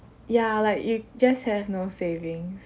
ya like you just have no savings